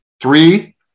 three